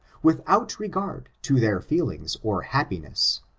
without regard to their feelings or happi ness.